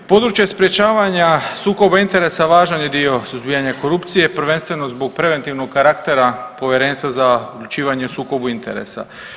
Područje sprječavanja sukoba interesa važan je dio suzbijanja korupcije, prvenstveno zbog preventivnog karaktera Povjerenstva za odlučivanje o sukobu interesa.